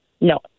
No